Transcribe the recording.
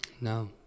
No